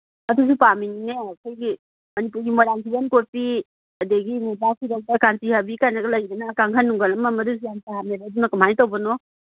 ꯑꯗꯨꯁꯨ ꯄꯥꯝꯝꯤꯅꯤꯅꯦ ꯑꯩꯈꯣꯏꯒꯤ ꯃꯅꯤꯄꯨꯔꯒꯤ ꯃꯣꯏꯔꯥꯡ ꯐꯤꯖꯟ ꯀꯣꯠꯄꯤ ꯑꯗꯒꯤ ꯃꯣꯝꯄꯥꯛ ꯐꯤꯗꯛꯇ ꯀꯥꯟꯆꯤ ꯍꯥꯏꯕꯤ ꯀꯥꯏꯅ ꯂꯩꯗꯅ ꯀꯥꯡꯒꯟ ꯅꯨꯡꯒꯟ ꯑꯃ ꯑꯃꯗꯨꯁꯨ ꯌꯥꯝ ꯄꯥꯝꯃꯦꯕ ꯑꯗꯨꯅ ꯀꯃꯥꯏ ꯇꯧꯕꯅꯣ